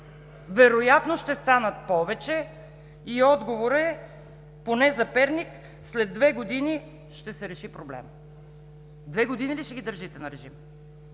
Вероятно ще станат повече. И отговорът, поне за Перник, е: след две години ще се реши проблемът. Две години ли ще ги държите на режим?